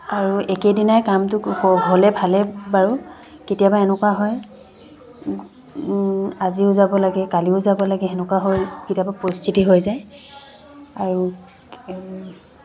আৰু একেইদিনাই কামটো হ'লে ভালে বাৰু কেতিয়াবা এনেকুৱা হয় আজিও যাব লাগে কালিও যাব লাগে সেনেকুৱা হয় কেতিয়াবা পৰিস্থিতি হৈ যায় আৰু